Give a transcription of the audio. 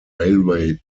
railway